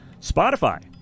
Spotify